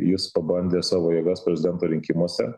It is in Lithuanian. jis pabandė savo jėgas prezidento rinkimuose